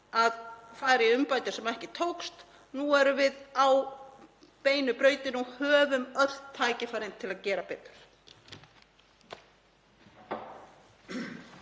að fara í umbætur sem ekki tókust. Nú erum við á beinu brautinni og höfum öll tækifærin til að gera betur.